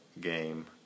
game